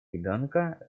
ребенка